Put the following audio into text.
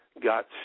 got